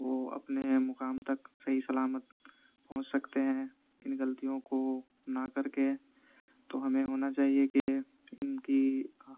وہ اپنے مقام تک صحیح سلامت پہنچ سکتے ہیں ان غلطیوں کو نہ کر کے تو ہمیں ہونا چاہیے کہ ان کی